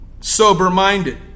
sober-minded